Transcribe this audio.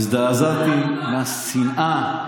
הזדעזעתי מהשנאה,